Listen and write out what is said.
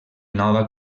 nova